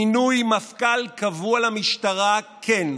מינוי מפכ"ל קבוע למשטרה, כן,